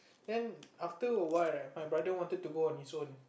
then after a while my brother wanted to go on his own